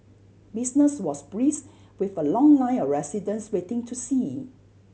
business was brisk with a long line of residents waiting to see